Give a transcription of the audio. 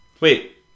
Wait